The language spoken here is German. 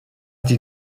die